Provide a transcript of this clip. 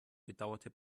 bedauerte